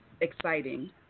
exciting